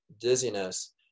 dizziness